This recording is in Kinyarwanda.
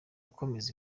akomereza